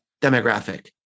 demographic